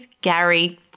Gary